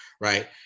right